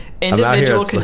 Individual